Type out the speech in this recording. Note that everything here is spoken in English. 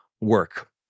work